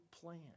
plan